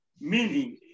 meaning